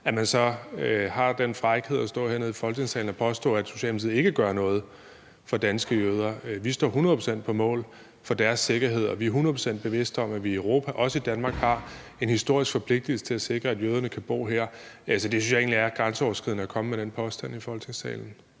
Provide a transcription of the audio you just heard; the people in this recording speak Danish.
så har man den frækhed at stå hernede i Folketingssalen og påstå, at Socialdemokratiet ikke gør noget for danske jøder. Vi står hundrede procent på mål for deres sikkerhed, og vi er hundrede procent bevidste om, at vi i Europa og også i Danmark har en historisk forpligtigelse til at sikre, at jøderne kan bo her. Jeg synes egentlig, det er grænseoverskridende at komme med den påstand i Folketingssalen.